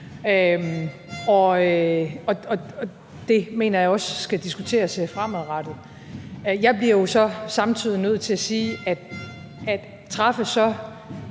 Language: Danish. det mener jeg også skal diskuteres fremadrettet. Jeg bliver jo så samtidig nødt til at sige, at det